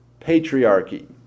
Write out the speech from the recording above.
patriarchy